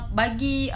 bagi